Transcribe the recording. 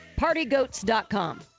Partygoats.com